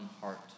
heart